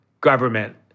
government